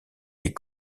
les